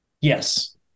Yes